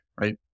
right